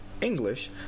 English